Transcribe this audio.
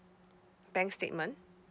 bank statement